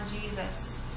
Jesus